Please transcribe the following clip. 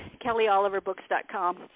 kellyoliverbooks.com